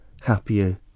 happier